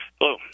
Hello